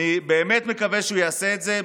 אני באמת מקווה שהוא יעשה את זה,